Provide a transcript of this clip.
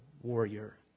warrior